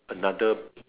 another